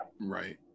Right